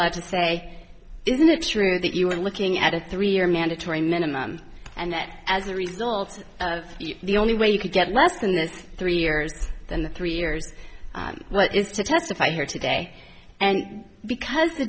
allowed to say isn't it true that you were looking at a three year mandatory minimum and yet as a result of the only way you could get less than that's three years than the three years what is to testify here today and because the